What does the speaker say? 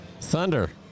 Thunder